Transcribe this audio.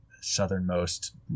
southernmost